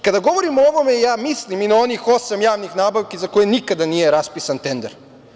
Kada govorim o ovome ja mislim i na onih osam javnih nabavki za koje nikada nije raspisan tender.